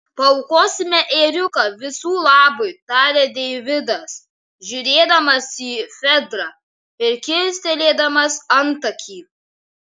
paaukosime ėriuką visų labui tarė deividas žiūrėdamas į fedrą ir kilstelėdamas antakį